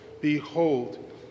Behold